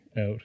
out